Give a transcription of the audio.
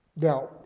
Now